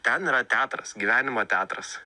ten yra teatras gyvenimo teatras